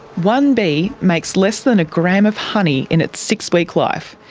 one bee makes less than a gram of honey in its six-week life,